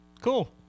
Cool